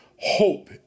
hope